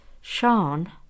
Sean